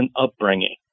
upbringing